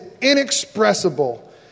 inexpressible